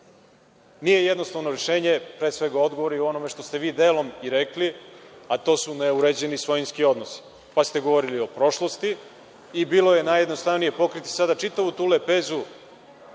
tome? Nije jednostavno rešenje, pre svega, odgovor je u onome što ste vi delom i rekli, a to su neuređeni svojinski odnosi. Govorili ste i o prošlosti i bilo je najjednostavnije pokriti sada čitavu tu lepezu